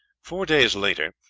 four days later,